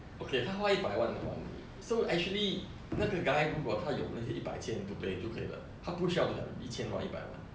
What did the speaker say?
okay 他花一百万来玩你 so actually 那个 guy 如果他有 legit 一百千 to pay 就可以了他不需要的一千万一百万